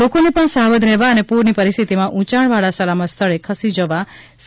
લોકોને પણ સાવધ રહેવા અને પૂરની પરિસ્થિતિમાં ઉંચાણવાળા સલામત સ્થળે ખસી જવા સલાહ અપાઇ છે